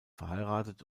verheiratet